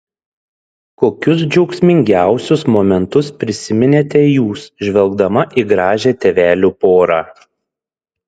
kokius džiaugsmingiausius momentus prisiminėte jūs žvelgdama į gražią tėvelių porą